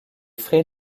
frais